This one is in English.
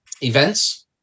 events